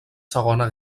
segona